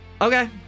okay